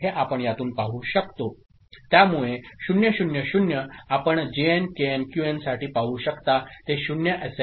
हे आपण यातून पाहू शकतो त्यामुळे 0 0 0 आपण Jn Kn Qn साठी पाहू शकताते 0 एस